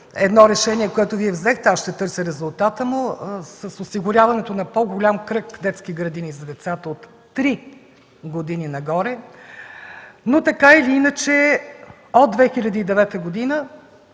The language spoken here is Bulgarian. едно решение, което Вие взехте – аз ще търся резултата му – с осигуряване на по-голям кръг детски градини за децата от три години нагоре, но така или иначе от 2009 г.